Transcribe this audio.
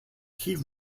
key